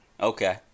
Okay